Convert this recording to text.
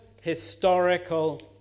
historical